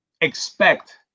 expect